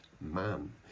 man